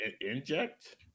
inject